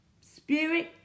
spirit